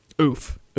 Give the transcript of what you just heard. Oof